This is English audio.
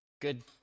Good